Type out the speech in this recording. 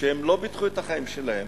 ולא ביטחו את החיים שלהם,